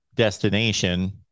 destination